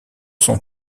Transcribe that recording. son